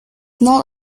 not